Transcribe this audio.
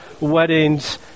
weddings